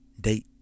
date